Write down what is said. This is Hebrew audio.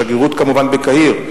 השגרירות בקהיר,